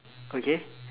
okay